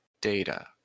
data